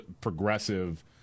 progressive